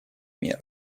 мер